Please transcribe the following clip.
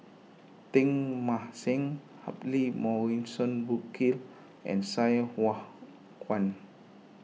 Teng Mah Seng Humphrey Morrison Burkill and Sai Hua Kuan